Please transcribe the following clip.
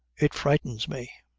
it frightens me.